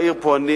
בעיר פועלים,